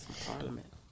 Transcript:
Parliament